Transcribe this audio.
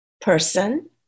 person